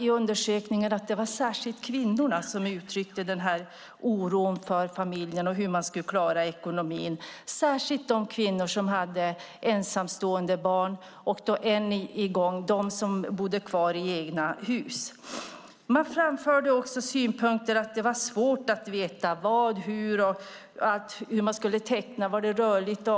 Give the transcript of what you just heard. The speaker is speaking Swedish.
I undersökningen framgick också att det särskilt var kvinnorna som uttryckte denna oro för familjen och hur man skulle klara ekonomin. Det gällde särskilt de kvinnor som var ensamstående med barn och bodde kvar i egna hus. Man framförde också synpunkten att det var svårt att veta var och hur man skulle teckna avtal. Var det rörligt